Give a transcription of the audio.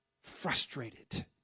frustrated